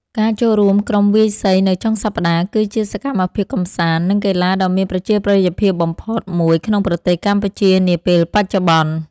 ការចូលរួមក្រុមវាយសីនៅចុងសប្តាហ៍ គឺជាសកម្មភាពកម្សាន្ត និងកីឡាដ៏មានប្រជាប្រិយភាពបំផុតមួយក្នុងប្រទេសកម្ពុជានាពេលបច្ចុប្បន្ន។